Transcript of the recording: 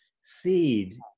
seed